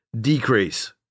decrease